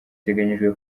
iteganyijwe